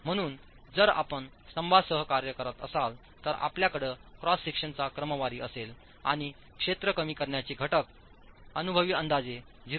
म्हणून जर आपण स्तंभांसह कार्य करत असाल तर आपल्याकडे क्रॉस सेक्शनचा क्रमवारी असेल आणि क्षेत्र कमी करण्याचे घटक अनुभवी अंदाजे 0